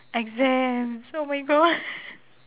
exams oh my god